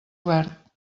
obert